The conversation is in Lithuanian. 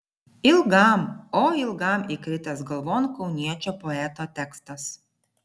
ilgam oi ilgam įkritęs galvon kauniečio poeto tekstas